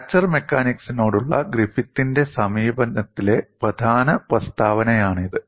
fracture മെക്കാനിക്സിനോടുള്ള ഗ്രിഫിത്തിന്റെ സമീപനത്തിലെ പ്രധാന പ്രസ്താവനയാണിത്